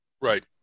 Right